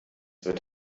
wird